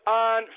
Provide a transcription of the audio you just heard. on